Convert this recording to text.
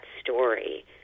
story